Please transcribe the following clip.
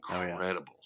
incredible